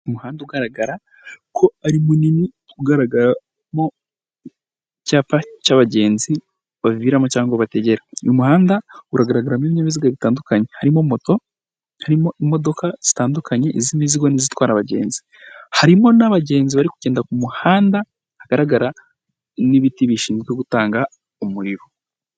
Umuhanda ugaragara ko ari munini ugaragaramo icyapa cy'abagenzi babiviramo cyangwa bategera. Uyu muhanda uragaragaramo ibinyabiziga bitandukanye harimo moto, harimo imodoka zitandukanye iz'imizigo n'izitwara abagenzi. Harimo n'abagenzi bari kugenda ku muhanda hagaragara n'ibiti bishinzwe gutanga umuriro.